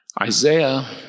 Isaiah